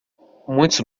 muitos